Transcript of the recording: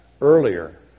earlier